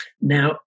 Now